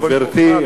גברתי.